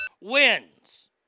wins